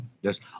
Yes